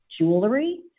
Jewelry